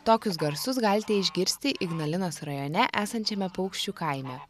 tokius garsus galite išgirsti ignalinos rajone esančiame paukščių kaime